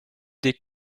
des